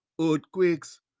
earthquakes